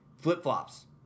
flip-flops